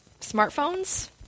smartphones